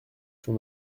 sur